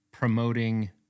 Promoting